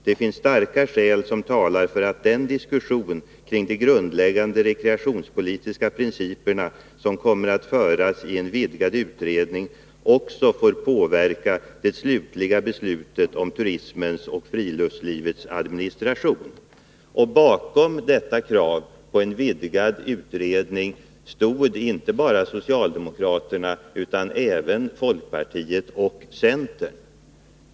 Det finns starka skäl som talar för att den diskussion kring de grundläggande rekreationspolitiska principerna som kommer att föras i en vidgad utredning också får påverka det slutliga beslutet om turismens och friluftslivets administration.” Bakom kravet på en vidgad utredning stod inte bara socialdemokraterna utan även folkpartiet och centern.